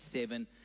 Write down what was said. seven